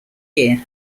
year